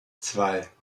zwei